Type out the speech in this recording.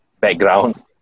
background